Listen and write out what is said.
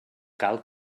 cal